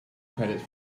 credits